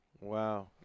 Wow